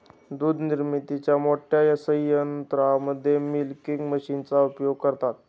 दूध निर्मितीच्या मोठ्या संयंत्रांमध्ये मिल्किंग मशीनचा उपयोग करतात